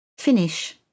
Finish